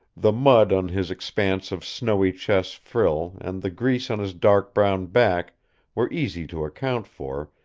the mud on his expanse of snowy chest frill and the grease on his dark brown back were easy to account for,